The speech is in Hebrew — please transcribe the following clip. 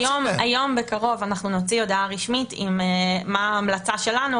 בקרוב אנחנו נוציא הודעה רשמית מה ההמלצה שלנו,